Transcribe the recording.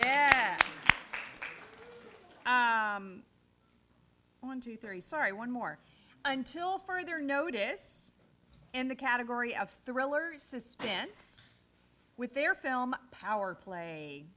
fifth one two three sorry one more until further notice in the category of thrillers suspense with their film power play